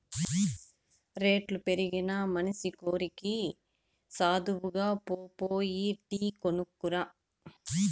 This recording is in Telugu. రేట్లు పెరిగినా మనసి కోరికి సావదుగా, పో పోయి టీ కొనుక్కు రా